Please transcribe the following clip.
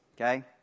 Okay